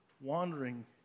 wandering